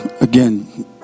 again